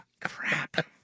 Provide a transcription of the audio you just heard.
Crap